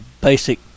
basic